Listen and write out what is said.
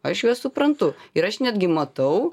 aš juos suprantu ir aš netgi matau